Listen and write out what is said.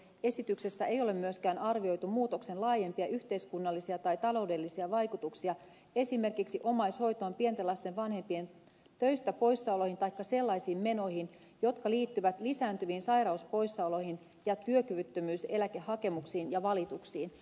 esityksessä ei ole myöskään arvioitu muutoksen laajempia yhteiskunnallisia tai taloudellisia vaikutuksia esimerkiksi omais hoitoon pienten lasten vanhempien töistä poissaoloihin taikka sellaisiin menoihin jotka liittyvät lisääntyviin sairauspoissaoloihin ja työkyvyttömyyseläkehakemuksiin ja valituksiin